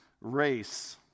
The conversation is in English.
race